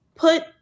Put